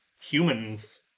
humans